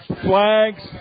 Flags